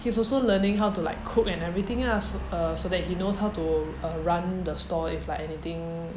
he's also learning how to like cook and everything ah so uh so that he knows how to uh run the store if like anything